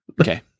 okay